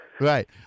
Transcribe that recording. Right